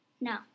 no